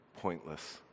pointless